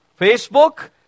Facebook